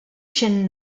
chin